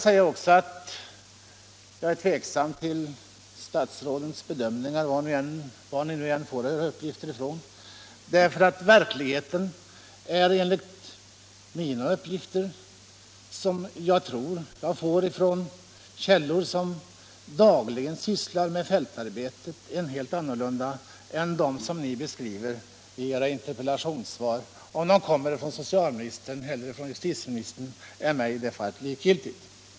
Jag är också tveksam till statsrådets bedömningar, var ifrån ni än får era uppgifter. Verkligheten är nämligen enligt mina informationer, som jag får från källor som dagligen sysslar med fältarbetet, helt annorlunda än den som ni beskrivit i ert interpellationssvar. Om bedömningarna kommer från socialministern eller justitieministern är i det fallet likgiltigt.